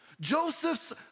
Joseph's